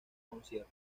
concierto